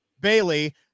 Bailey